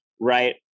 Right